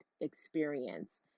experience